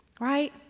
Right